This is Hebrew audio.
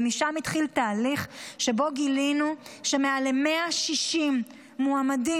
ומשם התחיל תהליך שבו גילינו שמעל 160 מועמדים